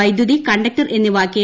വൈദ്യുതി കണ്ടക്ടർ എന്നിവ കെ